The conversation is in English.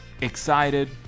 excited